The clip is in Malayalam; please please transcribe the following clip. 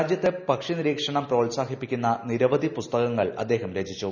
രാജ്യത്ത് പക്ഷിനിരീക്ഷണം പ്രോത്സാഹിപ്പിക്കുന്ന നിരവധി പുസ്തകങ്ങൾ അദ്ദേഹം രചിച്ചു